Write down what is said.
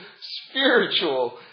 spiritual